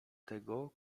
tego